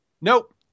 Nope